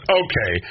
okay